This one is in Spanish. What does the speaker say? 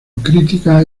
crítica